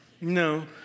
No